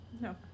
No